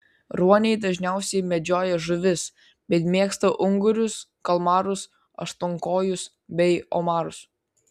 ruoniai dažniausiai medžioja žuvis bet mėgsta ungurius kalmarus aštuonkojus bei omarus